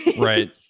right